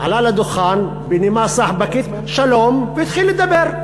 עלה לדוכן בנימה סחבקית: שלום, והתחיל לדבר.